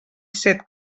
set